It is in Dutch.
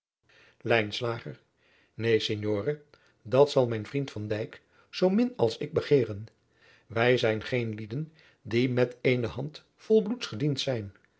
neen signore dat zal mijn vriend van dijk zoo min als ik begeeren wij zijn geen lieden die met eene hand vol bloeds gediend zijn